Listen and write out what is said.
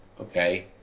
okay